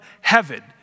heaven